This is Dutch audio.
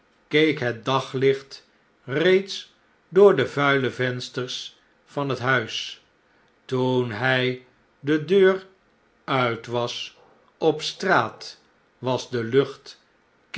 keek het daglicht reeds door de vuile vensters van het huis toen hy de deur uit was op straat was de lucht